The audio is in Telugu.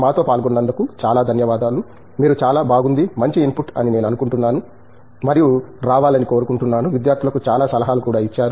మాతో పాల్గొనందుకు చాలా ధన్యవాదాలు మీరు చాలా బాగుంది మంచి ఇన్పుట్ అని నేను అనుకుంటున్నాను మరియు రావాలని కోరుకుంటున్నాను విద్యార్థులకు చాలా సలహాలు కూడా ఇచ్చారు